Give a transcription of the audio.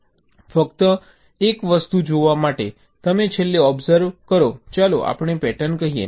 ફક્ત એક વસ્તુ જોવા માટે તમે છેલ્લે ઓબ્સર્વ કરો ચાલો આપણે પેટર્ન કહીએ